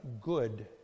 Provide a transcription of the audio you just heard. good